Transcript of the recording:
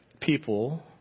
people